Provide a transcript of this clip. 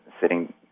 sitting